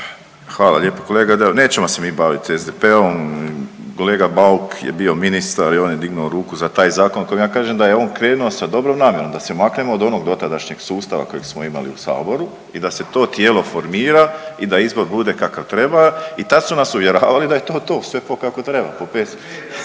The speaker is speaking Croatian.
Hvala lijepo kolega Deur, nećemo mi se baviti SDP-om, kolega Bauk je bio ministar i on je dignuo ruku za taj zakon o kojem ja kažem da je on krenuo sa dobrom namjerom da se maknemo od onog dotadašnjeg sustava kojeg smo imali u saboru i da se to tijelo formira i da izbor bude kakav treba i tad su nas uvjeravali da je to to, sve po kako treba po PS-u.